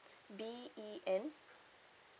B E N